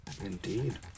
Indeed